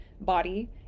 body